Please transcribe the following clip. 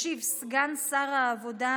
ישיב סגן שר העבודה,